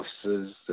officers